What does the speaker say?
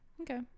Okay